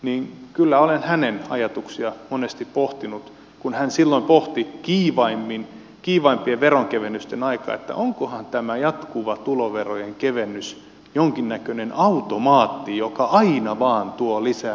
eli kyllä olen silloisen eduskunnan puhemiehen nykyisen presidentin ajatuksia monesti pohtinut kun hän silloin pohti kiivaimpien veronkevennysten aikaan onkohan tämä jatkuva tuloverojen kevennys jonkinnäköinen automaatti joka aina vain tuo lisää näissäkin oloissa